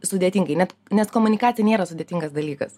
sudėtingai net nes komunikacija nėra sudėtingas dalykas